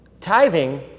Tithing